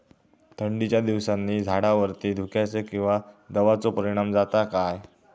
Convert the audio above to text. थंडीच्या दिवसानी झाडावरती धुक्याचे किंवा दवाचो परिणाम जाता काय?